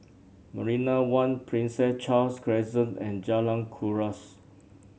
Marina One Prince Charles Crescent and Jalan Kuras